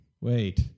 wait